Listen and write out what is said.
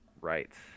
rights